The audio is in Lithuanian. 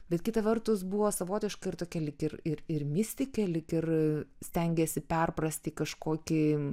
bet kita vertus buvo savotiška ir tokia lyg ir ir ir mistikė lyg ir stengėsi perprasti kažkokį